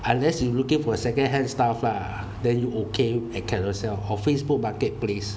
unless you looking for a second hand stuff lah then you okay at Carousell or Facebook marketplace